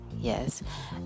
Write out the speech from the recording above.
Yes